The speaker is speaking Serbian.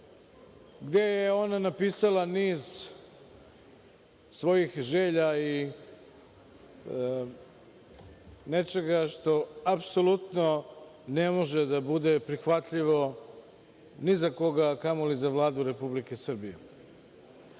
gde je ona napisala niz svojih želja i nečega što apsolutno ne može da bude prihvatljivo ni za koga, a kamoli za Vladu Republike Srbije.